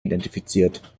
identifiziert